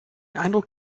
eindruck